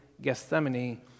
Gethsemane